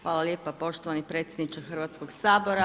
Hvala lijepa poštovani predsjedniče Hrvatskog sabora.